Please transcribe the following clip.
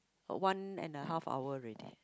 one and the half hour already